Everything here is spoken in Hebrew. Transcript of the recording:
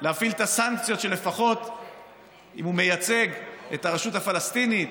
להפעיל את הסנקציות שלפחות אם הוא מייצג את הרשות הפלסטינית